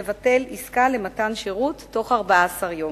לבטל עסקה למתן שירות בתוך 14 יום.